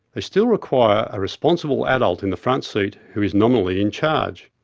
they still require a responsible adult in the front seat who is nominally in charge.